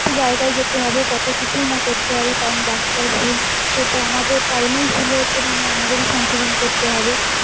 একটু জায়গায় যেতে হবে কত কিছুই না করতে হবে কারণ বাচ্চার ভুল সে তো আমাদের কারণেই ভুল হয়েছে মানে আমাদেরই সংশোধন করতে হবে